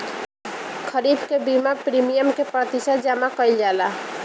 खरीफ के बीमा प्रमिएम क प्रतिशत जमा कयील जाला?